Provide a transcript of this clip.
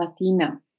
Latina